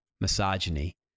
misogyny